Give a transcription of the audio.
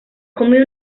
come